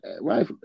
right